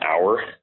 hour